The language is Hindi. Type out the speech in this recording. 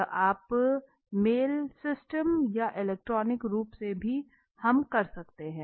यह आप मेल सिस्टम या इलेक्ट्रॉनिक रूप से भी हम करते हैं